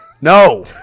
No